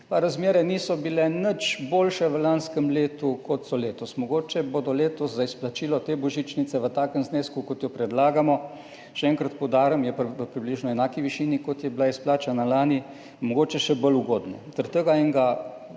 letu niso bile nič boljše, kot so letos. Mogoče bodo letos za izplačilo te božičnice v takem znesku, kot jo predlagamo, še enkrat poudarjam, da je v približno enaki višini, kot je bila izplačana lani, mogoče še bolj ugodno. Zaradi tega enega